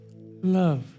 Love